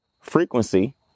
frequency